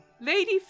Lady